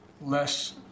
less